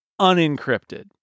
unencrypted